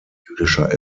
jüdischer